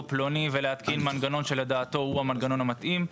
פלוני ולהתקין מנגנון שלדעתו הוא המנגנון המתאים.